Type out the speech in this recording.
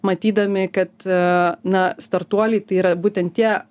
matydami kad na startuoliai tai yra būtent tie